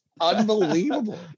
unbelievable